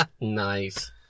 Nice